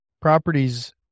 properties